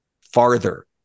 farther